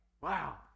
Wow